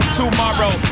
tomorrow